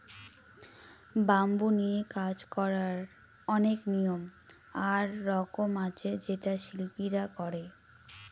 bamboo নিয়ে কাজ করার অনেক নিয়ম আর রকম আছে যেটা শিল্পীরা করে